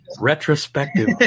Retrospective